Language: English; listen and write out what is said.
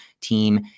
team